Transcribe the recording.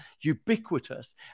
ubiquitous